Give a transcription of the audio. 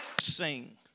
Sing